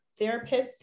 therapists